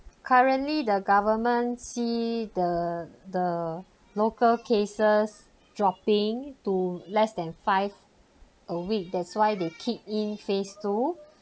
currently the government see the the local cases dropping to less than five a week that's why they keep in phase two